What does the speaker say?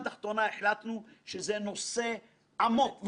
אנחנו נציגי הציבור אני בטוח שיסכימו איתי